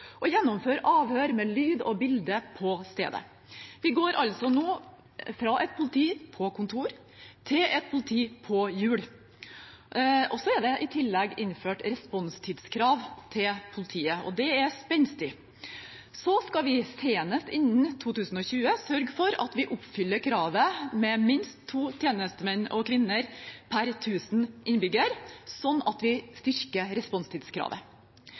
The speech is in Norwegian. gjennomføre avhør med lyd og bilde på stedet. Vi går altså nå fra et politi på kontor til et politi på hjul. I tillegg er det innført responstidskrav til politiet, og det er spenstig. Så skal vi senest innen 2020 sørge for at vi oppfyller kravet om minst to tjenestemenn/-kvinner per tusen innbyggere, slik at vi styrker responstidskravet.